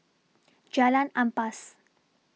Jalan Ampas